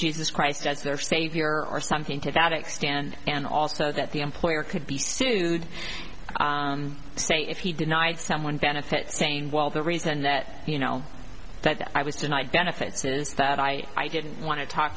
jesus christ as their savior or something to that extent and also that the employer could be sued say if he denied someone benefits saying well the the reason that you know that i was denied benefits is that i i didn't want to talk